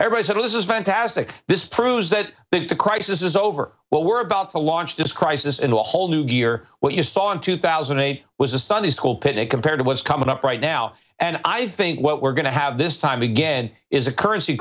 everybody said oh this is fantastic this proves that that the crisis is over what we're about to launch this crisis and a whole new gear what you saw in two thousand and eight was a sunday school picnic compared to what's coming up right now and i think what we're going to have this time again is a cur